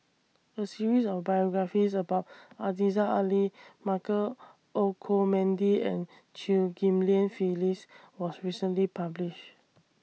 A series of biographies about Aziza Ali Michael Olcomendy and Chew Ghim Lian Phyllis was recently published